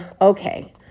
okay